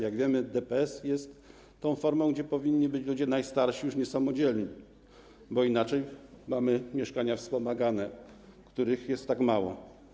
Jak wiemy, DPS jest tą formą, gdzie powinni być ludzie najstarsi, już niesamodzielni, bo inaczej mamy mieszkania wspomagane, których jest tak mało.